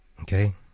Okay